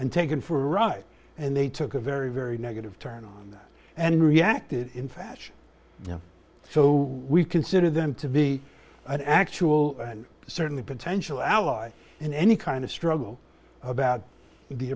and taken for a ride and they took a very very negative turn on that and reacted in fashion so we consider them to be an actual certainly potential ally in any kind of struggle about the